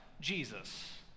Jesus